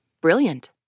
Brilliant